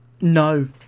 No